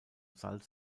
salz